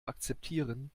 akzeptieren